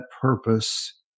purpose